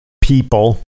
people